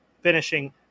finishing